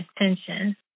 attention